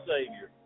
Savior